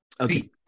Okay